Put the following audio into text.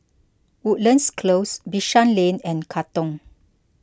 Woodlands Close Bishan Lane and Katong